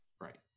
right